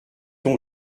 ton